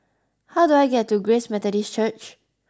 how do I get to Grace Methodist Church